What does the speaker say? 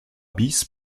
bis